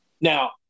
Now